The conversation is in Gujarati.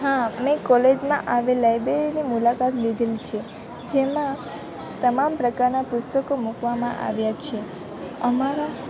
હા આપની કોલેજમાં આવેલી લાઇબ્રેરીની મુલાકાત લીધેલી છે જેમાં તમામ પ્રકારના પુસ્તકો મૂકવામાં આવ્યા છે અમારા